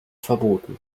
verboten